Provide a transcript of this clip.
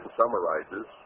summarizes